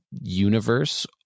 universe